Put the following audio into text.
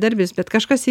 dar vis bet kažkas